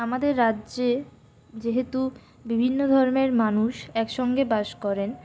আমাদের রাজ্যে যেহেতু বিভিন্ন ধরনের মানুষ একসঙ্গে বাস করেন